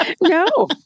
No